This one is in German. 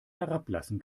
herablassen